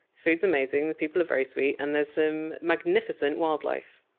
food's amazing. the people are very sweet, and there's some magnificent wildlife.